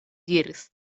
diris